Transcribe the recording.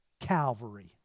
Calvary